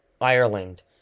Ireland